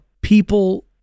people